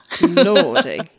Lordy